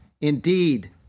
Indeed